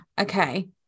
Okay